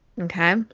Okay